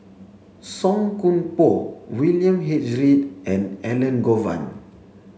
Song Koon Poh William H Read and Elangovan